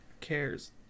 cares